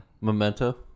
Memento